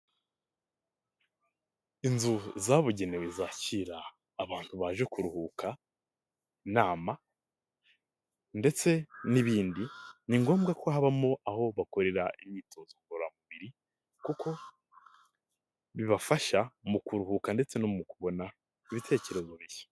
Inzu zabugenewe zakira abantu baje kuruhuka, inama ndetse n'ibindi, ni ngombwa ko habamo aho bakorera imyitozo ngororamubiri kuko bibafasha mu kuruhuka ndetse no mu kubona ibitekerezo bishya.